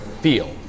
feel